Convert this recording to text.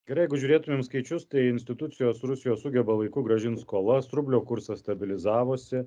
gerai jeigu žiūrėtumėm skaičius tai institucijos rusijos sugeba laiku grąžint skolas rublio kursas stabilizavosi